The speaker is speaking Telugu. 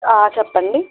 చెప్పండి